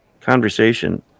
conversation